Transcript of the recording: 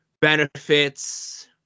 benefits